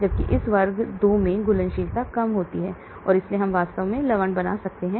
जबकि इस वर्ग 2 में घुलनशीलता कम होती है और इसलिए हम वास्तव में लवण बना सकते हैं